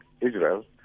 Israel